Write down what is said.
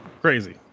crazy